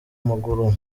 maguru